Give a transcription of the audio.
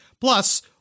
Plus